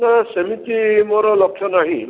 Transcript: ନା ସେମିତି ମୋର ଲକ୍ଷ୍ୟ ନାହିଁ